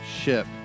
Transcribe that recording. ship